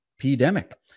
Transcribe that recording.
pandemic